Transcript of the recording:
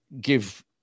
give